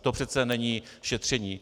To přece není šetření.